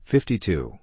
Fifty-two